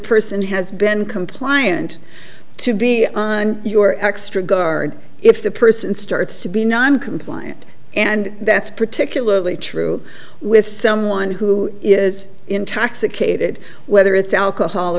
person has been compliant to be on your extra guard if the person starts to be non compliant and that's particularly true with someone who is intoxicated whether it's alcohol